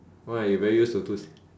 why you very used to two C